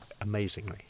Amazingly